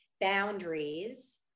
boundaries